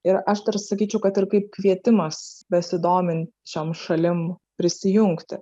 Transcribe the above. ir aš dar sakyčiau kad ir kaip kvietimas besidomint šiom šalim prisijungti